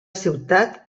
ciutat